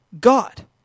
God